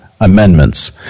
amendments